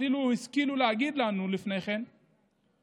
אפילו השכילו להגיד לנו לפני כן שהינה,